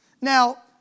Now